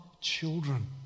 children